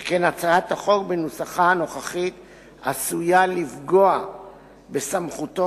שכן הצעת החוק בנוסחה הנוכחי עשויה לפגוע בסמכותו